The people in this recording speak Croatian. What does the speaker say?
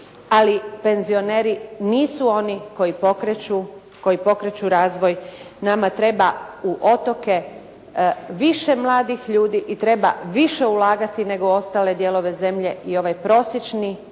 ali penzioneri nisu oni koji pokreću razvoj, nama treba u otoke više mladih ljudi i treba više ulagati nego u ostale dijelove zemlje. I ovaj prosječni